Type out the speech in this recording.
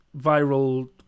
viral